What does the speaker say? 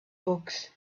books